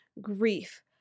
grief